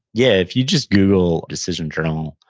yeah, if you just google decision journal,